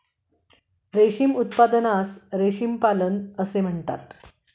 रेशीम उत्पादनास रेशीम पालन असे म्हणतात